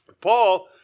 Paul